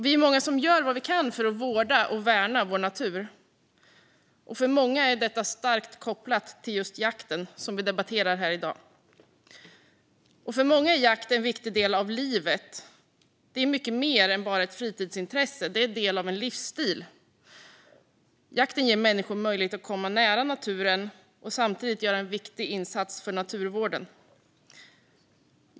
Vi är många som gör vad vi kan för att vårda och värna vår natur, och för många är detta starkt kopplat till just jakten, som vi debatterar här i dag. För många är jakt en viktig del av livet. Det är mycket mer än bara ett fritidsintresse - det är en del av en livsstil. Jakten ger människor möjlighet att komma nära naturen och samtidigt göra en viktig insats för naturvården.